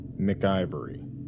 McIvory